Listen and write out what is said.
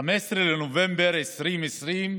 ב-15 בנובמבר 2020,